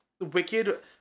wicked